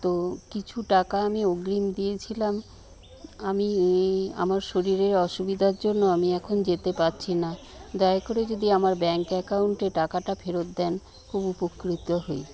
তো কিছু টাকা আমিই অগ্রিম দিয়েছিলাম আমিই আমার শরীরের অসুবিধার জন্য আমি এখন যেতে পাচ্ছি না দয়া করে যদি আমার ব্যাঙ্ক অ্যাকাউন্টে টাকাটা ফেরত দেন খুব উপকৃত হই